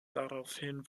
daraufhin